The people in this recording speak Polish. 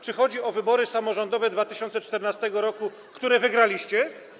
Czy chodzi o wybory samorządowe 2014 r., które wygraliście?